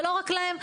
לא רק הם,